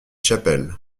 chapelle